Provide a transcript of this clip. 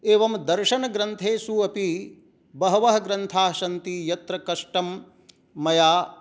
एवं दर्शनग्रन्थेषु अपि बहवः ग्रन्थाः सन्ति यत्र कष्टं मया